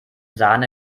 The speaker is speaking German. sahne